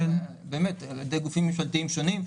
על ידי גופים ממשלתיים שונים.